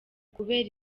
kubera